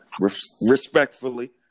respectfully